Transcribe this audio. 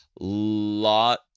lot